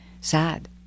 sad